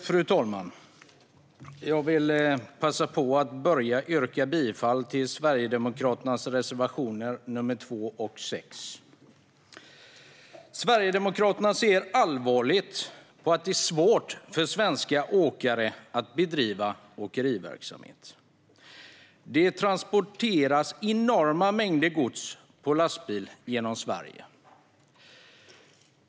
Fru talman! Jag yrkar bifall till Sverigedemokraternas reservationer, nr 2 och 6. Sverigedemokraterna ser allvarligt på att det är svårt för svenska åkare att bedriva åkeriverksamhet. Det transporteras enorma mängder gods på lastbil genom Sverige.